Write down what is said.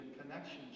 Connection